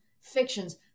fictions